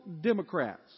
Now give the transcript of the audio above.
Democrats